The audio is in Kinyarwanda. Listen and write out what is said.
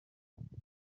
cyangwa